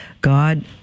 God